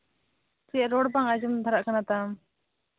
ᱪᱮᱫ ᱨᱚᱲ ᱵᱟᱝ ᱟᱡᱚᱢ ᱫᱷᱟᱨᱟᱜ ᱠᱟᱱᱟ ᱛᱟᱢ